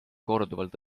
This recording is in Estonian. korduvalt